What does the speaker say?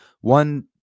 one